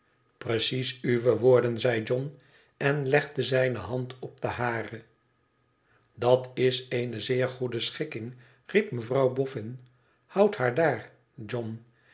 precies uwe woorden zei john en legde zijne hand op de hare dat is eene zeer goede schikking riep mevrouw boffin houd haar daar john